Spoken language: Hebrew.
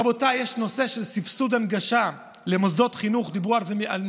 רבותיי, יש נושא של סבסוד הנגשה למוסדות ציבוריים.